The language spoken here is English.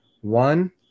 One